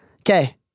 Okay